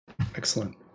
excellent